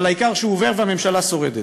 אבל העיקר שהוא עובר ושהממשלה שורדת.